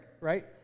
right